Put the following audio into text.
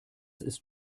ist